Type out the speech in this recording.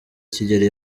kigeli